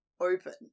open